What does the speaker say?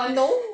no